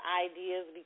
ideas